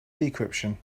decryption